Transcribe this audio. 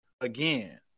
again